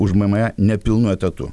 už mma nepilnu etatu